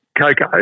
Coco